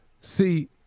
See